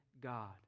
God